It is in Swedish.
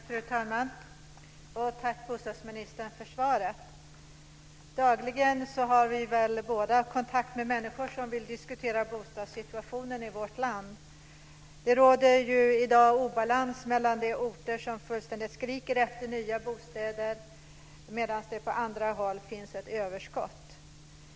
Fru talman! Tack för svaret, bostadsministern. Dagligen har vi väl båda kontakt med människor som vill diskutera bostadssituationen i vårt land. Det råder i dag obalans mellan orter som fullständigt skriker efter nya bostäder och orter med ett överskott.